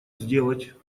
сделать